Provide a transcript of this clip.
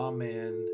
Amen